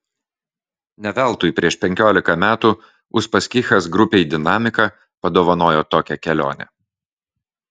ne veltui prieš penkiolika metų uspaskichas grupei dinamika padovanojo tokią kelionę